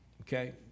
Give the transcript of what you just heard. Okay